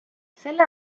selle